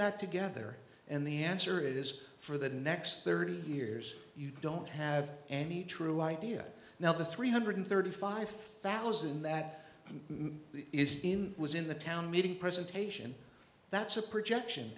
that together and the answer is for the next thirty years you don't have any true idea now the three hundred thirty five thousand that is in was in the town meeting presentation that's a projection